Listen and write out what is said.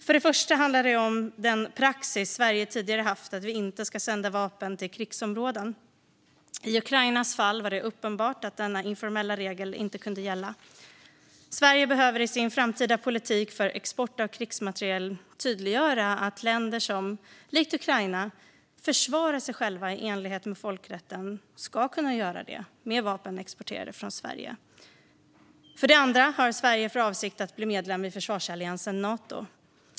För det första handlar det om den praxis Sverige tidigare haft att inte sända vapen till krigsområden. I Ukrainas fall var det uppenbart att denna informella regel inte kunde gälla. Sverige behöver i sin framtida politik för export av krigsmateriel tydliggöra att länder som, likt Ukraina, försvarar sig själva i enlighet med folkrätten ska kunna göra det med vapen exporterade från Sverige. För det andra har Sverige för avsikt att bli medlem i försvarsalliansen Nato.